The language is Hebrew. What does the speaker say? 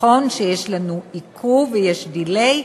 נכון שיש לנו עיכוב ויש delay,